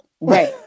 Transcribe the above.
Right